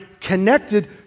connected